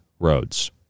Roads